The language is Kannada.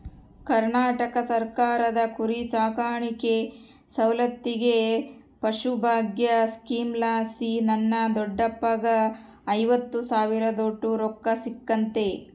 ಕರ್ನಾಟಕ ಸರ್ಕಾರದ ಕುರಿಸಾಕಾಣಿಕೆ ಸೌಲತ್ತಿಗೆ ಪಶುಭಾಗ್ಯ ಸ್ಕೀಮಲಾಸಿ ನನ್ನ ದೊಡ್ಡಪ್ಪಗ್ಗ ಐವತ್ತು ಸಾವಿರದೋಟು ರೊಕ್ಕ ಸಿಕ್ಕತೆ